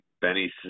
Benny